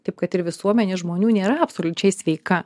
taip pat ir visuomenė žmonių nėra absoliučiai sveika